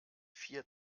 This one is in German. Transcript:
vier